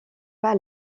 pas